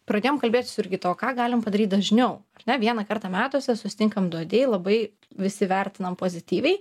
pradėjom kalbėtis su jurgita o ką galim padaryt dažniau na vieną kartą metuose susitinkam duodi labai visi vertinam pozityviai